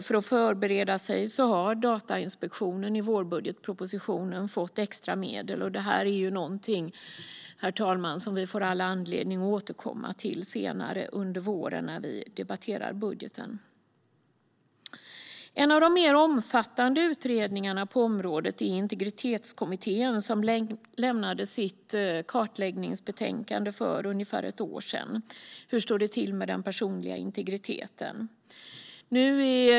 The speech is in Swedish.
För att Datainspektionen ska kunna förbereda sig har man i vårpropositionen fått extra medel. Detta är ju något som vi får all anledning att återkomma till senare under våren när vi debatterar budgeten. En av de mer omfattande utredningarna på området är Integritetskommittén som lämnade sitt kartläggningsbetänkande Hur står det till med den personliga integriteten? för ungefär ett år sedan.